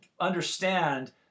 understand